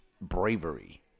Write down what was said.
bravery